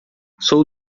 sou